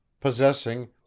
possessing